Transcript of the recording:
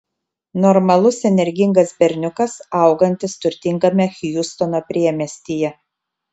normalus energingas berniukas augantis turtingame hjustono priemiestyje